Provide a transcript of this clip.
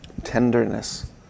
tenderness